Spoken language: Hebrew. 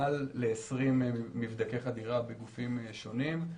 מעל 20 מבדקי חדירה בגופים שונים.